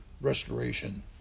restoration